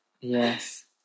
Yes